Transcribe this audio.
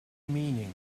meaning